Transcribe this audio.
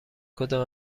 کدام